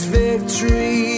victory